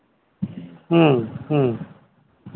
ᱦᱮᱸ ᱦᱮᱸ